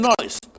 noise